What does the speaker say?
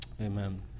Amen